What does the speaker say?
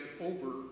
over